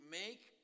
make